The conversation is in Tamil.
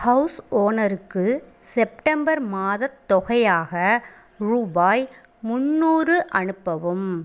ஹவுஸ் ஓனருக்கு செப்டம்பர் மாதத் தொகையாக ரூபாய் முந்நூறு அனுப்பவும்